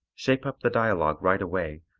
shape up the dialogue right away,